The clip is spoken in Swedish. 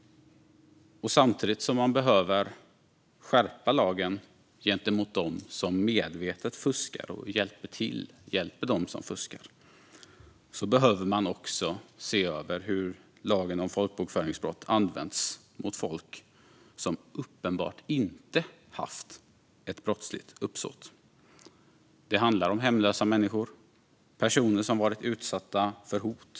Samtidigt som man behöver skärpa lagen gentemot dem som medvetet fuskar och hjälper dem som fuskar behöver man se över hur lagen om folkbokföringsbrott använts mot folk som uppenbart inte haft ett brottsligt uppsåt. Det handlar om hemlösa människor och personer som varit utsatta för hot.